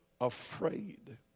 afraid